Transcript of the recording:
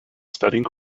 studying